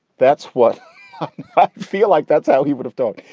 that's what i feel like. that's how he would have thought.